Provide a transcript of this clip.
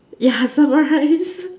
yeah summarize